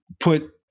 put